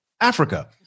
Africa